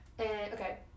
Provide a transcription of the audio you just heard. okay